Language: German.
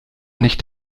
nicht